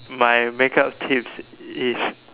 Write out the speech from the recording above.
my makeup tips is